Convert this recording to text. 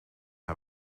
hij